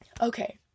okay